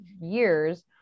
years